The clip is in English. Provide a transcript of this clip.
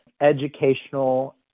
educational